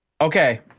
okay